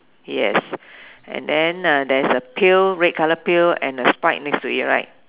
yes and then there's a pail red colour pail and a sprite next to it right